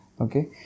okay